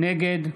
נגד